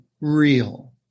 real